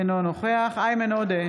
אינו נוכח איימן עודה,